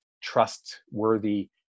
trustworthy